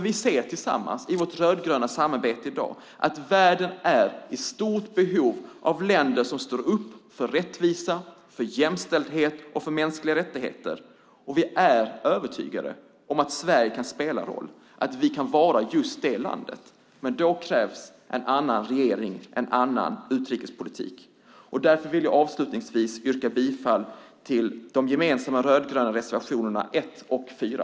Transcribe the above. Vi ser tillsammans i vårt rödgröna samarbete i dag att världen är i stort behov av länder som står upp för rättvisa, för jämställdhet och för mänskliga rättigheter. Vi är övertygade om att Sverige kan spela roll och vara just ett sådant land. Men då krävs en annan regering och en annan utrikespolitik. Därför vill jag avslutningsvis yrka bifall till de gemensamma rödgröna reservationerna 1 och 4.